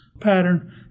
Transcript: pattern